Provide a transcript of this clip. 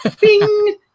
Bing